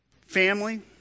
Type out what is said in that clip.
family